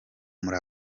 muri